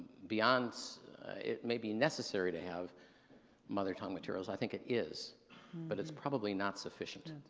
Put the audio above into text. beyond it maybe necessary to have mother tongue materials. i think it is but it's probably not sufficient.